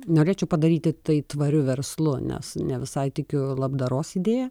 norėčiau padaryti tai tvariu verslu nes ne visai tikiu labdaros idėja